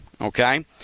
okay